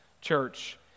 church